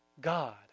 God